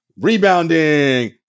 rebounding